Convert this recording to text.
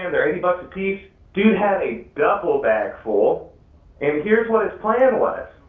they're they're eighty bucks a piece. dude had a duffle bag full and here's what his plan was.